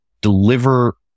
deliver